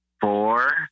four